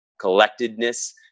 collectedness